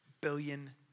billion